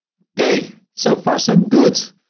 okay. so far so good.